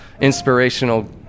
inspirational